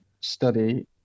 study